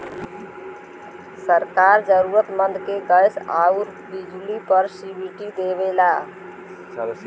सरकार जरुरतमंद के गैस आउर बिजली पर सब्सिडी देवला